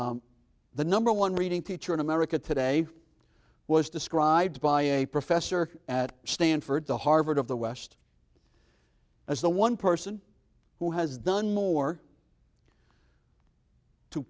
the number one reading teacher in america today was described by a professor at stanford the harvard of the west as the one person who has done more to